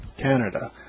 Canada